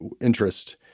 interest